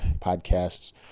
podcasts